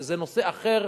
זה נושא אחר,